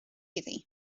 heddiw